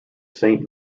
saint